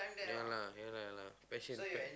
ya lah ya lah ya lah passion